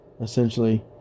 Essentially